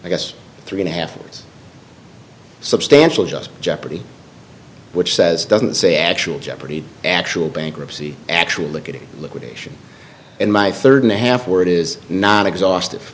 i guess three and a half years substantial just jeopardy which says doesn't say actual jeopardy actual bankruptcy actually look at liquidation in my third and a half where it is not exhaustive